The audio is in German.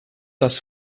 das